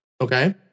Okay